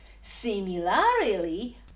similarly